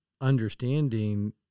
understanding